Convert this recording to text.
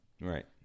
Right